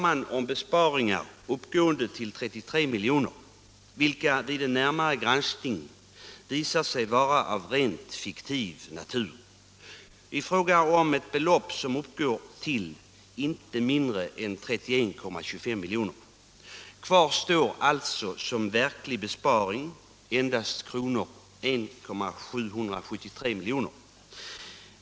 hetsområde vid en närmare granskning visar sig vara av rent fiktiv natur i fråga om ett belopp som uppgår till inte mindre än 31,25 milj.kr. Kvar står alltså som verklig besparing endast 1,73 milj.kr.